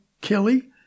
Kelly